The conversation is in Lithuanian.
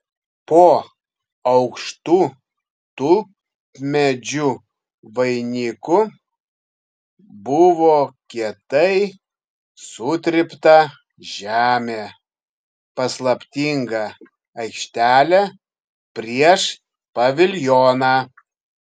po aukštu tulpmedžių vainiku buvo kietai sutrypta žemė paslaptinga aikštelė prieš paviljoną